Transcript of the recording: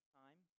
time